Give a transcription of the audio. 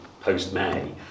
post-May